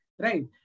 right